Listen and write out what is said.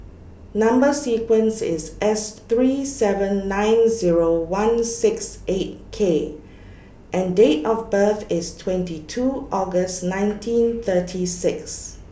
Number sequence IS S three seven nine Zero one six eight K and Date of birth IS twenty two August nineteen thirty six